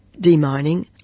demining